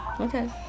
Okay